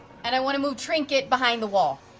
and i want to move trinket behind the wall.